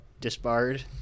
disbarred